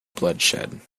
bloodshed